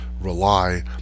rely